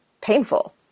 painful